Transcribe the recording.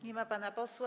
Nie ma pana posła.